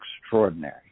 extraordinary